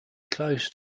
close